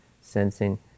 sensing